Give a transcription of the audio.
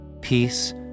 peace